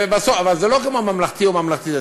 אבל זה לא כמו הממלכתי או הממלכתי-דתי.